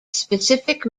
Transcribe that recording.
specific